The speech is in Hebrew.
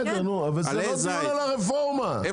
על מה אתה מדבר, אדוני?